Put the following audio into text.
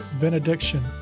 benediction